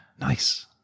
Nice